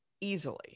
Easily